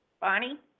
Bonnie